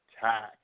tax